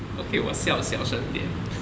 okay 我笑小声点